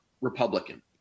Republican